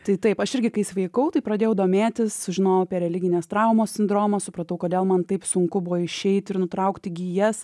tai taip aš irgi kai sveikau tai pradėjau domėtis sužinojau apie religinės traumos sindromą supratau kodėl man taip sunku buvo išeit ir nutraukti gijas